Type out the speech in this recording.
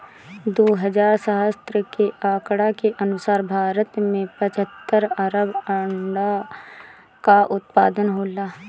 दू हज़ार सत्रह के आंकड़ा के अनुसार भारत में पचहत्तर अरब अंडा कअ उत्पादन होला